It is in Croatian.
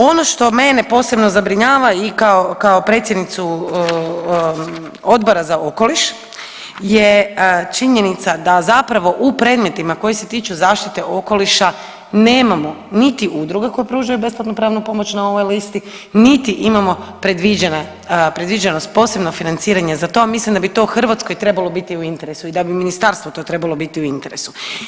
Ono što mene posebno zabrinjava i kao predsjednicu Odbora za okoliš je činjenica da zapravo u predmetima koji se tiču zaštite okoliša nemamo niti udruga koje pružaju pravnu pomoć na ovoj listi niti imamo predviđenost posebnog financiranja za to, a mislim da bi to Hrvatskoj trebalo biti u interesu i da bi ministarstvu to trebalo biti u interesu.